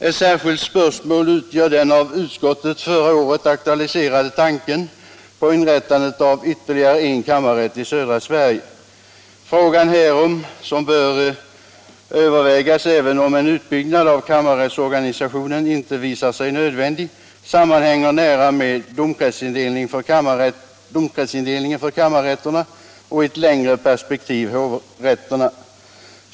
Ett särskilt spörsmål utgör den av utskottet förra året aktualiserade tanken på inrättandet av ytterligare en kammarrätt i södra Sverige. Frågan härom, som bör övervägas även om en utbyggnad av kammarrättsorganisationen inte visar sig nödvändig, sammanhänger nära med domkretsindelningen för kammarrätterna och — i ett längre perspektiv — hovrätterna.